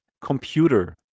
computer